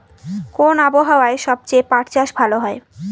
কোন আবহাওয়ায় সবচেয়ে পাট চাষ ভালো হয়?